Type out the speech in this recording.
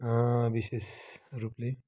विशेष रूपले